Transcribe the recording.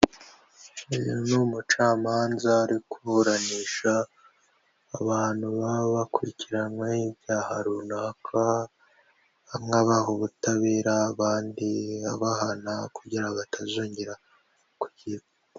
Uyu ni umucamanza uri kuburanisha abantu baba bakurikiranyweho icyaha runaka bamwe abaha ubutabera abandi abahana kugira ngo batazongera kugira.